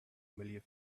familiar